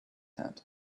had